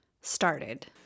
started